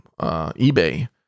eBay